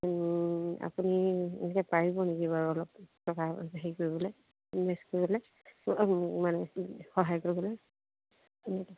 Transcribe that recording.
আপুনি এনেকৈ পাৰিব নেকি বাৰু অলপ টকা হেৰি কৰিবলৈ ইনভেষ্ট কৰিবলৈ মানে সহায় কৰিবলৈ